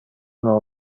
non